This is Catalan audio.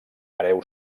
hereu